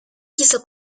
quiso